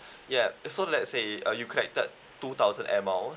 yup so let's say uh you collected two thousand Air Miles